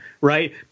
right